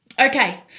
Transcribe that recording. Okay